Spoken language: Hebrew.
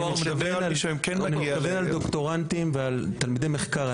אני מדבר על דוקטורנטים ותלמידי מחקר,